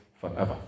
forever